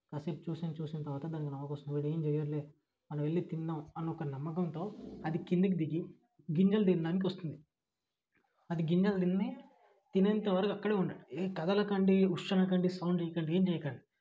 కాసేపు చూసి చూసిన తర్వాత దానికి నమ్మకం వస్తుంది వీడేం చెయ్యడులే మనము వెళ్ళి తిందాం అని ఒక నమ్మకంతో అది కిందకి దిగి గింజలు తినడానికొస్తుంది అది గింజలు తినే తినేంతవరకు అక్కడే ఉండండి ఏం కదలకండి ఉష్షనకండి సౌండ్ చెయ్యకండి ఏం చెయ్యకండి